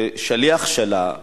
שליח שלה.